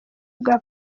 bwa